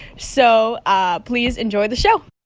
so ah please enjoy the show